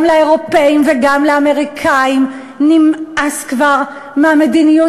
גם לאירופים וגם לאמריקנים נמאס כבר מהמדיניות